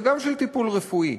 וגם של טיפול רפואי?